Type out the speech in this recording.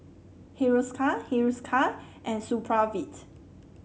Hiruscar Hiruscar and Supravit